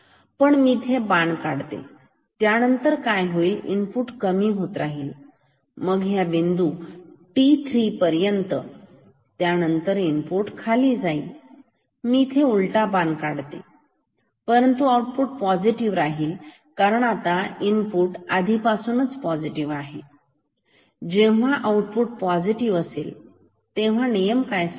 पण इथे मी एक बाण काढतो त्यानंतर काय होईल इनपुट कमी होत राहील मग ह्या बिंदू t3 पर्यंत त्यानंतर इनपुट खाली जाईल तर इथे मी उलटा बाण काढतो परंतु आउटपुट पॉझिटिव्ह राहील कारण आता आउटपुट आधीपासूनच पॉझिटिव आहे आणि जेव्हा आऊटपुट पॉझिटिव्ह असेल तर नियम काय सांगतो